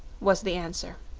was the answer.